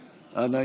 אנא,